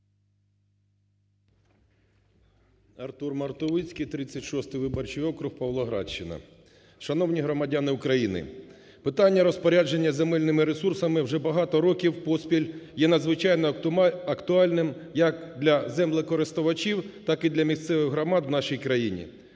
Артур Мартовицький, 36 виборчий округ, Павлоградщина. Шановні громадяни України, питання розпорядження земельними ресурсами вже багато років поспіль є надзвичайно актуальним як для землекористувачів, так і для місцевих громад в нашій країні.